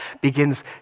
begins